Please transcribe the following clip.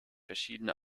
verschiedene